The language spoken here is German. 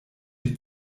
die